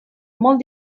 molt